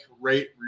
rate